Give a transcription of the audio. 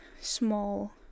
small